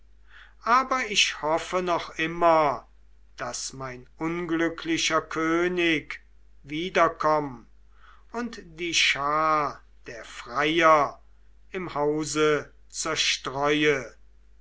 aber ich hoffe noch immer daß mein unglücklicher könig wiederkomm und die schar der freier im hause zerstreue